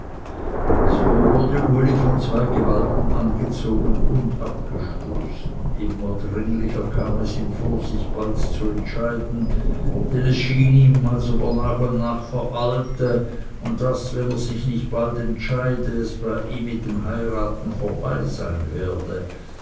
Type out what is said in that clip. so wurde uli von zwei gewalten angezogen und abgestoßen immer dringlicher kam es ihm vor sich bald zu entscheiden denn es schien ihm als ob er nach und nach veralte und daß wenn er sich nicht bald entscheide es bei ihm mit dem heiraten vorbei sein werde